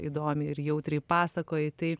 įdomiai ir jautriai pasakoji tai